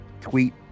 tweet